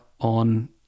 On